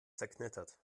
zerknittert